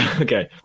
Okay